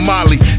Molly